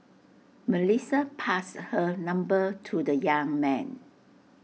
Melissa passed her number to the young man